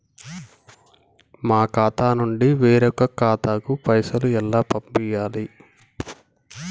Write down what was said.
మా ఖాతా నుండి వేరొక ఖాతాకు పైసలు ఎలా పంపియ్యాలి?